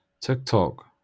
TikTok